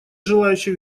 желающих